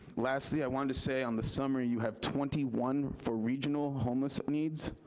lastly i wanted to say on the summary, you have twenty one for regional homeless needs,